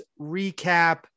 recap